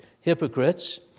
hypocrites